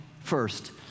First